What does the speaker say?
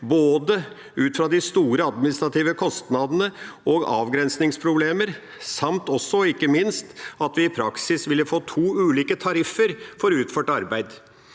ut fra både store administrative kostnader, avgrensningsproblemer og ikke minst at vi i praksis ville fått to ulike tariffer for utført arbeid.